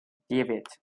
девять